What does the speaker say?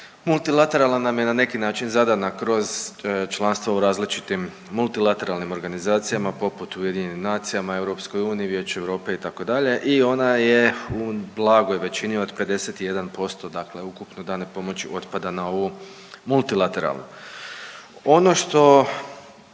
Multilateralna nam je na neki način zadana kroz članstva u različitim multilateralnim organizacijama poput Ujedinjenim nacijama, Europskoj uniji, Vijeću Europe itd. i ona je u blagoj većini od 51% dakle ukupno dane pomoći otpada na ovu multilateralnu. Ono što